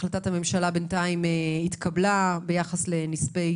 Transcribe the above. החלטת הממשלה בינתיים התקבלה ביחס לנספי